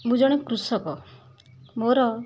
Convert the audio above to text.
ମୁଁ ଜଣେ କୃଷକ ମୋର